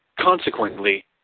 Consequently